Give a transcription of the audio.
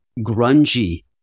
grungy